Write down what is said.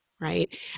Right